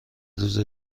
روز